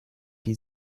die